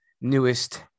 newest